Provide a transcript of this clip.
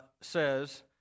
says